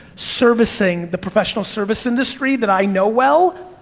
servicing the professional service industry that i know well,